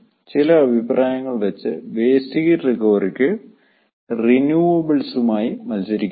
ചില അഭിപ്രായങ്ങൾ വെച്ച് വേസ്റ്റ് ഹീറ്റ് റിക്കവറിക്ക് റിന്യുവാബിൾസുമായി മത്സരിക്കാനാകും